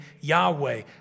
Yahweh